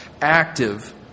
active